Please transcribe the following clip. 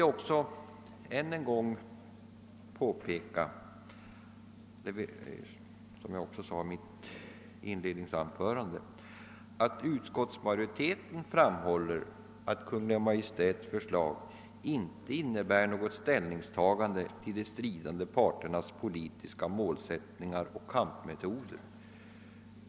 Jag vill sedan ännu en gång påpeka — jag sade detta även i mitt inledningsanförande — att utskottsmajoriteten framhåller att Kungl. Maj:ts förslag inte innebär något ställningstagande till de stridande parternas politiska målsättningar eller kampmetoder.